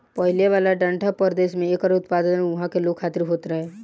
पहिले वाला ठंडा प्रदेश में एकर उत्पादन उहा के लोग खातिर होत रहे